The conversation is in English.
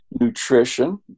nutrition